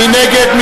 מי נגד?